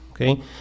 okay